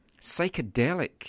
Psychedelic